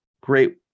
great